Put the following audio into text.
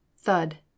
thud